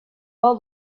all